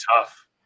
tough